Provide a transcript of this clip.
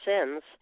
sins